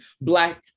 Black